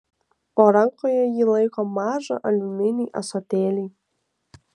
o rankoje ji laiko mažą aliuminį ąsotėlį